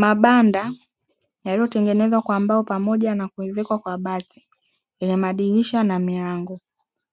Mabanda yaliyotengenezwa kwa mbao pamoja na kuezekwa kwa bati yenye madirisha na milango.